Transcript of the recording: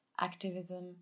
activism